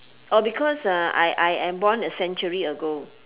oh because I I am born a century ago